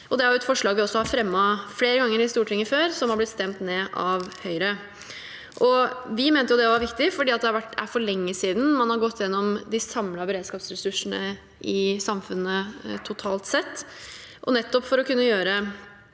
Det er et forslag vi har fremmet flere ganger i Stortinget, og som har blitt stemt ned av Høyre. Vi mente det var viktig fordi det er for lenge siden man har gått gjennom de samlede beredskapsressursene i samfunnet totalt sett, og det var for å kunne gjøre